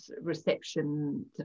reception